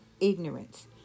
ignorance